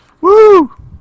Woo